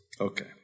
Okay